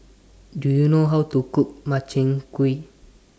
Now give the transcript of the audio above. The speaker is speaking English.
Do YOU know How to Cook Makchang Gui